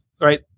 right